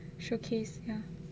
so case ya